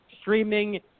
streaming